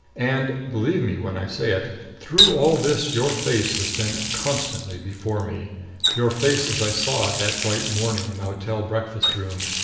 and believe me when i say it through all this your face has been constantly before me your face as i saw it that bright morning in the hotel breakfast room.